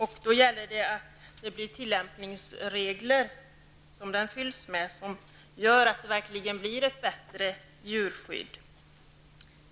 Det gäller då att den fylls med tillämpningsregler som gör att det verkligen blir ett bättre djurskydd.